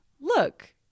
look